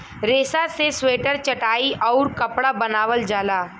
रेसा से स्वेटर चटाई आउउर कपड़ा बनावल जाला